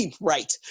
right